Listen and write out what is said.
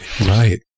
Right